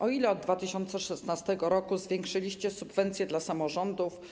O ile od 2016 r. zwiększyliście subwencję dla samorządów?